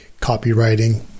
copywriting